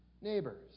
neighbors